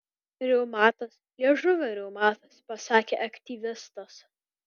reumatas liežuvio reumatas pasakė aktyvistas